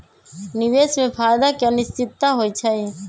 निवेश में फायदा के अनिश्चितता होइ छइ